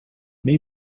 may